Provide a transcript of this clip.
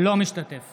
אינו משתתף